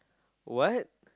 what